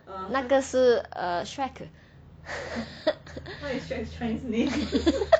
那个是 err shrek